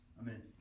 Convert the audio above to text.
Amen